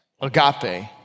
agape